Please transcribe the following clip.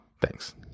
Thanks